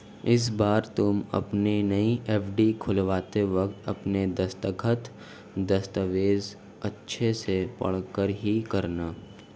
इस बार तुम अपनी नई एफ.डी खुलवाते वक्त अपने दस्तखत, दस्तावेज़ अच्छे से पढ़कर ही करना